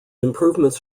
improvements